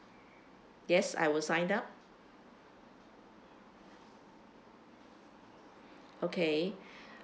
yes I will sign up okay